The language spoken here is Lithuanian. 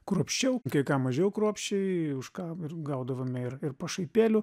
kruopščiau kai ką mažiau kruopščiai už ką gaudavome ir ir pašaipėlių